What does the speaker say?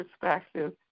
perspective